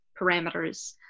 parameters